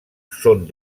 són